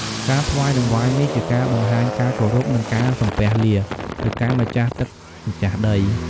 ការថ្វាយតង្វាយនេះជាការបង្ហាញការគោរព និងការសំពះលា ទៅកាន់ម្ចាស់ទឹកម្ចាស់ដី។